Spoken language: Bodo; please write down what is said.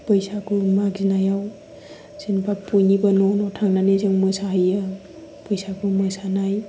बैसागु मागिनायाव जेनेबा बयनिबो न' न' थांनानै मोसाहैयो बैसागु मोसानाय